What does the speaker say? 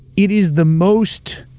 it is the most